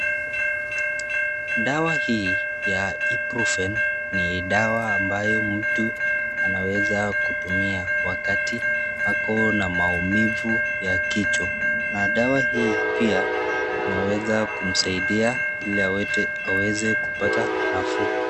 Dawa hii ya (cs)Ibrufen(cs) ni dawa ambayo mtu anaweza kutumia wakati akonamaumivu ya kichwa, na dawa hii pia inaweza kumsaidia iliaweze kupata nafuu.